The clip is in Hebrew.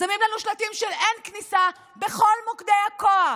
שמים לנו שלטים של אין כניסה בכל מוקדי הכוח,